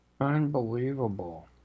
Unbelievable